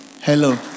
Hello